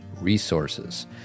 Resources